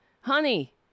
Honey